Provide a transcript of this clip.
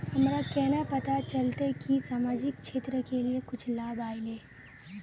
हमरा केना पता चलते की सामाजिक क्षेत्र के लिए कुछ लाभ आयले?